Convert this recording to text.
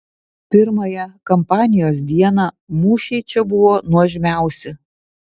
pirmąją kampanijos dieną mūšiai čia buvo nuožmiausi